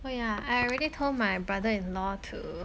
oh yeah I already told my brother in law to